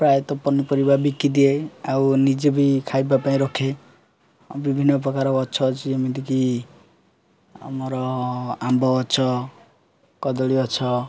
ପ୍ରାୟତଃ ପନିପରିବା ବିକି ଦିଏ ଆଉ ନିଜେ ବି ଖାଇବା ପାଇଁ ରଖେ ବିଭିନ୍ନ ପ୍ରକାର ଗଛ ଅଛି ଯେମିତିକି ଆମର ଆମ୍ବ ଗଛ କଦଳୀ ଗଛ